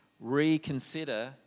reconsider